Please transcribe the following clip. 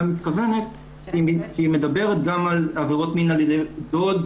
מתכוונת כי היא מדברת גם על עבירות מין על ידי דוד,